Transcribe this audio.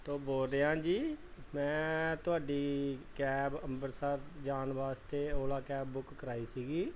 ਤੋਂ ਬੋਲ ਰਿਹਾ ਜੀ ਮੈਂ ਤੁਹਾਡੀ ਕੈਬ ਅੰਬਰਸਰ ਜਾਣ ਵਾਸਤੇ ਓਲਾ ਕੈਬ ਬੁੱਕ ਕਰਵਾਈ ਸੀਗੀ